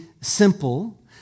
simple